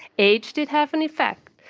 age did have an effect.